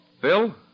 Phil